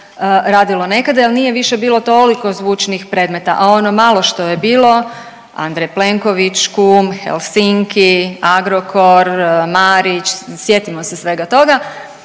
radilo nekada jel nije više bilo toliko zvučnih predmeta, a ono malo što je bilo Andrej Plenković, kum, Helsinki, Agrokor, Marić, sjetimo se svega toga,